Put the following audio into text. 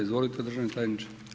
Izvolite državni tajniče.